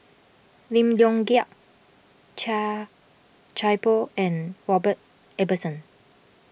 Lim Leong Geok Chia Thye Poh and Robert Ibbetson